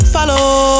Follow